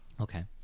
Okay